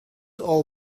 all